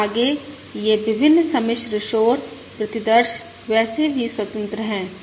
और आगे ये विभिन्न सम्मिश्र शोर प्रतिदर्श वैसे भी स्वतंत्र हैं